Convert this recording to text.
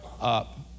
up